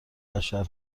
بشر